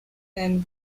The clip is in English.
and